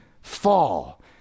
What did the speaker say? fall